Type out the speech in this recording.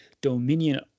dominion